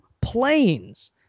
planes